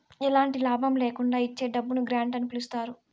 ఎలాంటి లాభం ల్యాకుండా ఇచ్చే డబ్బును గ్రాంట్ అని పిలుత్తారు